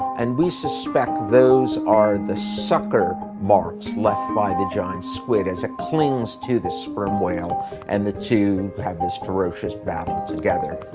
and we suspect those are the sucker marks left by the giant squid as it clings to the sperm whale and the two and have this ferocious battle together.